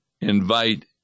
invite